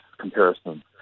comparison